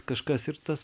kažkas ir tas